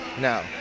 now